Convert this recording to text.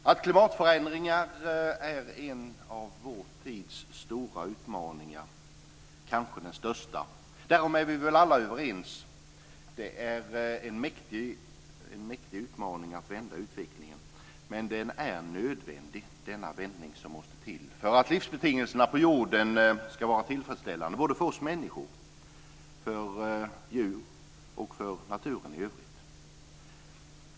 Herr talman! Att klimatförändringar är en av vår tids stora utmaningar, kanske den största, därom är vi alla överens. Det är en mäktig utmaning att vända utvecklingen, men vändningen är nödvändig för att livsbetingelserna på jorden ska vara tillfredsställande både för oss människor, för djur och för naturen i övrigt.